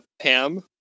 Pam